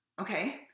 Okay